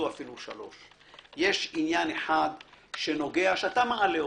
אפילו שלוש: יש עניין אחד שאתה מעל אותו.